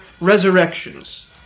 resurrections